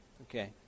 Okay